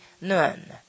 none